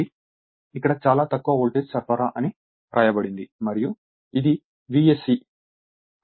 కాబట్టి ఇక్కడ చాలా తక్కువ వోల్టేజ్ సరఫరా అని వ్రాయబడింది మరియు ఇది V sc